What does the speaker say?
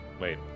Wait